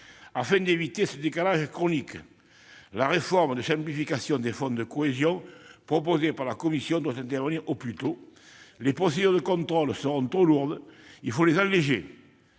afin d'éviter ce décalage chronique, la réforme de simplification des fonds de cohésion proposée par la Commission doit intervenir au plus tôt. Les procédures de contrôle sont trop lourdes ; il faut les alléger.